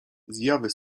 zjawy